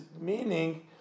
meaning